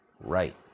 Right